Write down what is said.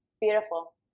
Beautiful